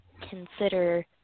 consider